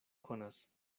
konas